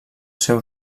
seu